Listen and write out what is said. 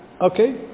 Okay